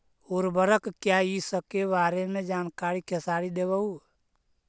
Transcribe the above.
उर्वरक क्या इ सके बारे मे जानकारी खेसारी देबहू?